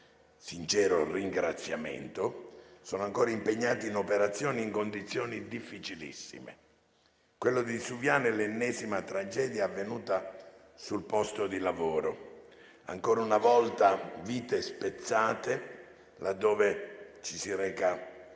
sincero ringraziamento - sono ancora impegnati nelle operazioni, in condizioni difficilissime. Quella di Suviana è l'ennesima tragedia avvenuta sul posto di lavoro: ancora una volta, vite spezzate laddove ci si reca